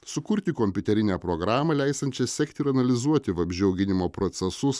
sukurti kompiuterinę programą leisiančią sekti ir analizuoti vabzdžių auginimo procesus